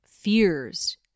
Fears